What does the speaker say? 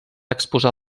exposar